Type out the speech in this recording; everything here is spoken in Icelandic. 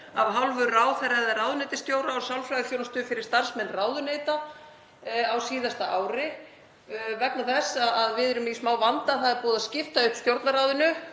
af hálfu ráðherra eða ráðuneytisstjóra og sálfræðiþjónustu fyrir starfsmenn ráðuneyta á síðasta ári, vegna þess að við erum í smá vanda, það er búið að skipta upp Stjórnarráðinu